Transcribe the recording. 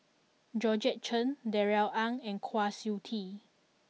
Georgette Chen Darrell Ang and Kwa Siew Tee